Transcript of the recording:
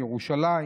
ירושלים.